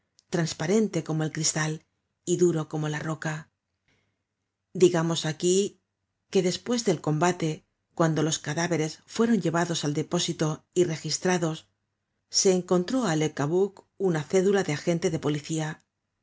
trasparente como el cristal y duro como la roca digamos aquí que despues del combate cuando los cadáveres fueron llevados al depósito y registrados se encontró á le cabuc una cédula de agente de policía